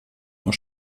auch